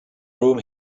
room